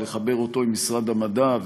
לחבר אותו למשרד המדע,